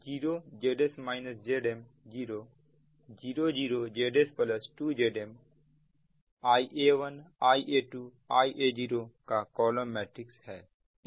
इस तरह Va1 Va2 Va0 बराबर Zs Zm 0 0 तथा यह 0 Zs Zm0 और यह 0 0 Zs2Zm Ia1 Ia2 Ia0है